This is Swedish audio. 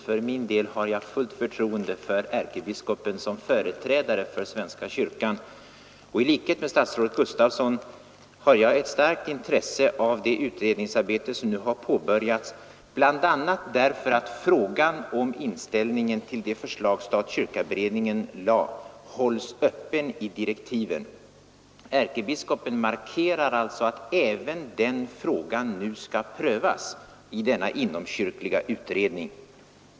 För min del har jag fullt förtroende för ärkebiskopen som företrädare för svenska kyrkan, och i likhet med statsrådet Gustafsson har jag ett starkt intresse av det utredningsarbete som nu påbörjats, bl.a. därför att frågan om inställningen till de förslag stat—kyrka-beredningen lade fram hölls öppen i direktiven. Ärkebiskopen markerar alltså att även den frågan nu skall prövas i denna inomkyrkliga utredning.